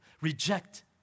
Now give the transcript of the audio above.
Reject